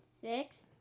Six